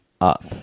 up